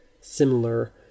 similar